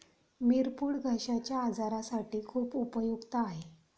मिरपूड घश्याच्या आजारासाठी खूप उपयुक्त आहे